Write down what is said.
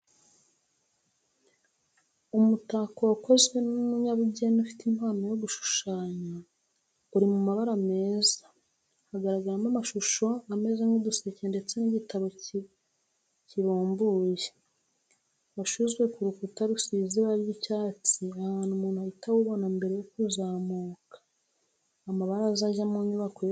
Umutako wakozwe n'umunyabugeni ufite impano yo gushushanya, uri mu mabara meza, hagaragaramo amashusho ameze nk'uduseke ndetse n'igitabo kibumbuye, washyizwe ku rukuta rusize ibara ry'icyatsi ahantu umuntu ahita awubona mbere yo kuzamuka amabaraza ajya mu nyubako yo hejuru.